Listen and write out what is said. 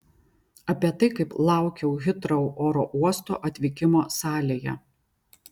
apie tai kaip laukiau hitrou oro uosto atvykimo salėje